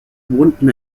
wohnten